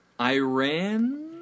Iran